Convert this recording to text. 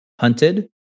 hunted